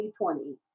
2020